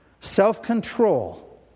self-control